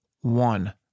One